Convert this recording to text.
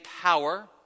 power